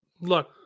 look